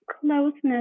closeness